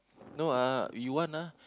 no ah you want ah